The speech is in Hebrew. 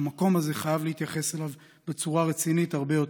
המקום הזה חייב להתייחס אליו בצורה רצינית הרבה יותר.